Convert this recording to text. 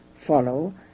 follow